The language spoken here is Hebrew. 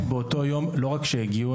לא רק שהגיעו,